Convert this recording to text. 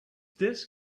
this